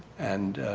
and